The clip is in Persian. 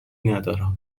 ندارم